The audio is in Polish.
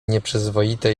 nieprzyzwoite